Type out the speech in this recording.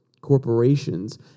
corporations